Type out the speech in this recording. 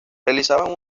realizaban